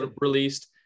released